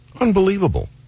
Unbelievable